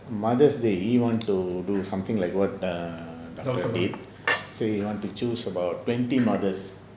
mother's day he wanted to do something like [what] err doctor did say he want to choose about twenty mothers